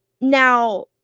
now